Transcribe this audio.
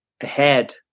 ahead